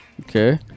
Okay